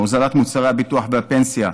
הוזלת מוצרי הביטוח והפנסיה,